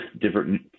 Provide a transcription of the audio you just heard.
different